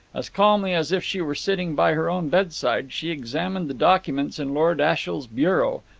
as calmly as if she were sitting by her own bedside, she examined the documents in lord ashiel's bureau,